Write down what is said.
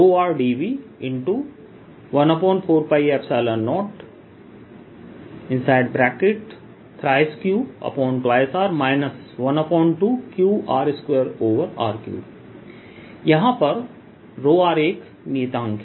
यहां पर r एक नियतांक है